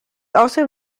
also